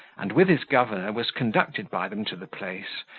and, with his governor, was conducted by them to the place,